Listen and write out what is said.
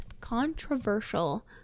controversial